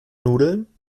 nudeln